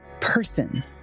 person